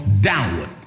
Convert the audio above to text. downward